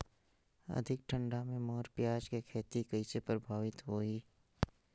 अधिक ठंडा मे मोर पियाज के खेती कइसे प्रभावित होही?